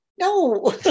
No